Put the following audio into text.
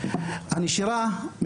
הנשירה בעל יסודי,